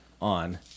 on